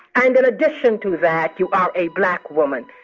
and in addition to that, you are a black woman.